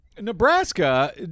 nebraska